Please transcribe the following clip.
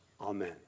Amen